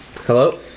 Hello